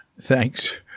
thanks